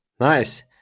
nice